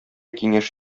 киңәш